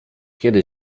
kiedy